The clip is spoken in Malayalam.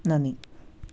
നന്ദി